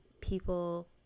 people